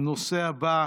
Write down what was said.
הנושא הבא: